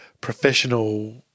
professional